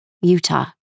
Utah